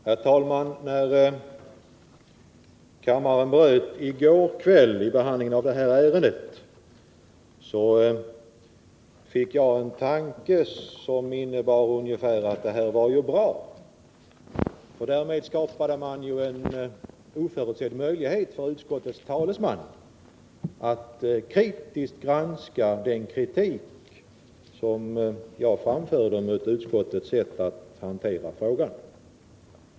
Herr talman! När kammaren i går kväll avbröt förhandlingarna mitt i behandlingen av det här ärendet tänkte jag att det kanske var bra — därmed gav man utskottets talesman en oförutsedd möjlighet att kritiskt granska den kritik som jag framförde mot utskottets sätt att hantera frågan.